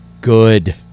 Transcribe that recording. Good